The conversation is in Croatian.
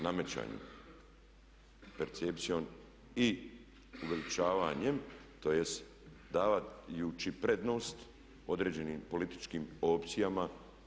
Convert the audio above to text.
Nametanjem, percepcijom i uveličavanjem tj. davanjem prednosti određenim političkim opcijama.